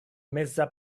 meza